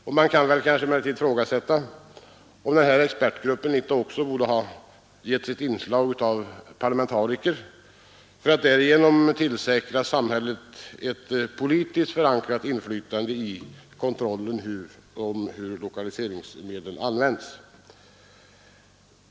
Man kan emellertid kanske ifrågasätta om inte denna expertgrupp även borde ges ett parlamentariskt inslag för att därigenom tillförsäkra samhället ett politiskt förankrat inflytande i kontrollen av hur lokaliseringsmedlen används.